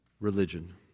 religion